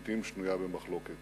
לעתים, שנויה במחלוקת.